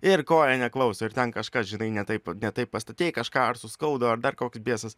ir koja neklauso ir ten kažkas žinai ne taip ne taip pastatei kažką ar suskaudo ar dar koks biesas